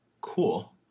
Cool